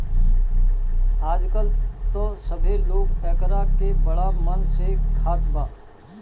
आजकल त सभे लोग एकरा के बड़ा मन से खात बा